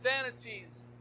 vanities